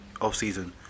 Off-season